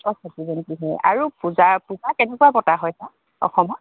হয় আৰু পূজা পূজা কেনেকুৱা পতা হয় তাত অসমত